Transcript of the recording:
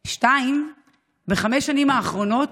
2. בחמש השנים האחרונות,